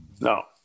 no